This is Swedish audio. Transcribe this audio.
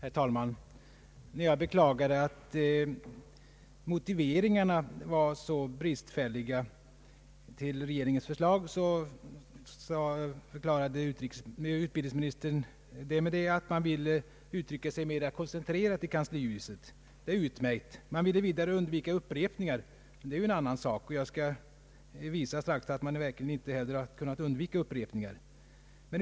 Herr talman! När jag beklagar att motiveringarna till regeringens förslag är så bristfälliga förklarar utbildningsministern detta med att man i kanslihuset vill uttrycka sig koncentrerat. Det är utmärkt. Man vill vidare, sade statsrådet, undvika upprepningar. Det är en annan sak, och jag skall strax visa att man inte har kunnat undvika sådana.